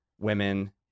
women